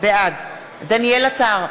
בעד דניאל עטר,